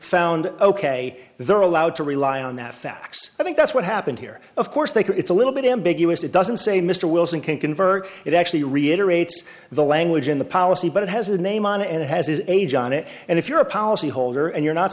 found ok they're allowed to rely on that fax i think that's what happened here of course they can it's a little bit ambiguous it doesn't say mr wilson can convert it actually reiterate the language in the policy but it has a name on it and it has his age on it and if you're a policy holder and you're not